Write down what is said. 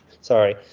Sorry